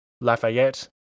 Lafayette